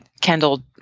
Kendall